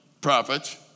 prophets